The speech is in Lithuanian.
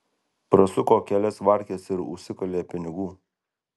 prasuko kelias varkes ir užsikalė pinigų